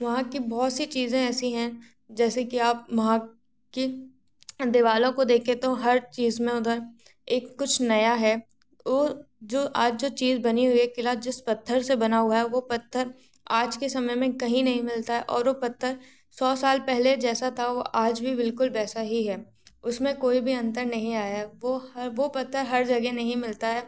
वहाँ की बहुत सी चीज़े ऐसी हैं जैसे कि आप वहाँ की दीवारों को देखे तो हर चीज़ में उधर एक कुछ नया है वो जो आज जो चीज़ बनी हुई है किला जिस पत्थर से बना हुआ हैं वो पत्थर आज के समय मे कही नहीं मिलता है और वो पत्थर सौ साल पहले जैसा था वो आज भी बिल्कुल वैसा ही है उसमें कोई भी अंतर नहीं आया है वो हर वो पत्थर हर जगह नहीं मिलता है